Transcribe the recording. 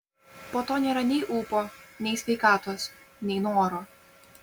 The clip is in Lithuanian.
po to nėra nei ūpo nei sveikatos nei noro